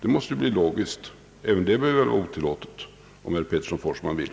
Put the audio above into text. Det vore väl logiskt att även det blir otillåtet, om herr Pettersson får som han vill.